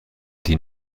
die